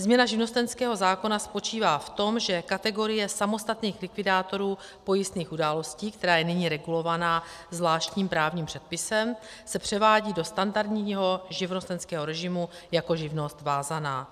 Změna živnostenského zákona spočívá v tom, že kategorie samostatných likvidátorů pojistných událostí, která je nyní regulovaná zvláštním právním předpisem, se převádí do standardního živnostenského režimu jako živnost vázaná.